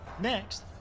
Next